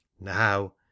now